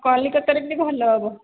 କଲିକତା ରେ ବି ଭଲ ହେବ